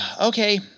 okay